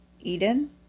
Eden